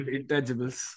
Intangibles